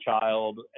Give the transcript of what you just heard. child